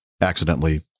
accidentally